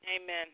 Amen